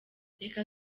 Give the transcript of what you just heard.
reka